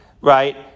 right